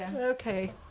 Okay